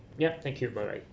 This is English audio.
yup thank you bye bye